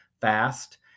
fast